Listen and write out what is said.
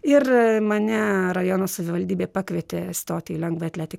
ir mane rajono savivaldybė pakvietė stoti į lengvaatletį